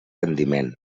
rendiment